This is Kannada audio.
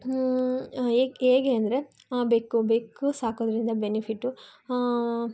ಹ್ಞೂ ಹೇಗೆ ಹೇಗೆ ಅಂದರೆ ಬೆಕ್ಕು ಬೆಕ್ಕು ಸಾಕೋದ್ರಿಂದ ಬೆನಿಫಿಟ್ಟು